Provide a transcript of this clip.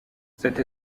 cette